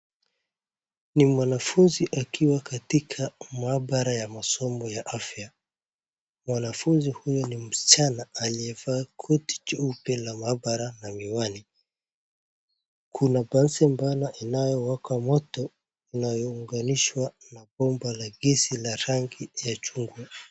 Ni mwanafunzi akiwa katika maabara ya masomo ya afya. Mwanafunzi huyu ni msichana aliyevaa koti jeupe la maabara na miwani. Kuna bunsen burner inayowaka moto inayounganishwa na bomba la gesi la rangi ya chungwa.